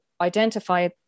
identify